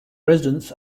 residents